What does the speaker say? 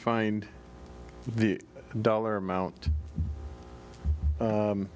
find the dollar amount